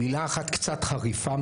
מילה אחת קצת חריפה.